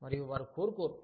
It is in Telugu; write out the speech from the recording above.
మరియు వారు కోరుకోరు